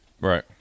Right